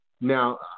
Now